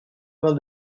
vingt